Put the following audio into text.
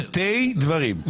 זוטי דברים.